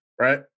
right